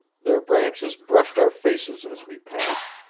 their branches brushed our faces as we passed,